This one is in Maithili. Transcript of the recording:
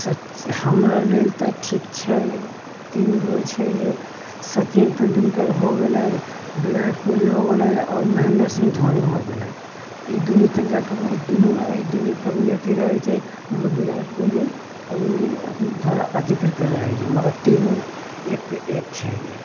सच हमरा लेल तऽ ठीक छै तीन गो छै जे सचिन तेन्दुलकर हो गेलै विराट कोहली हो गेलै आओर महेन्द्र सिंह धोनी हो गेलै तऽ ई दुनू तनिका दुनू दुनू कभी अथी रहै छै मगर विराट कोहली कभी भी थोड़ा अथी करके रहै छै मगर तीनू एकपर एक छै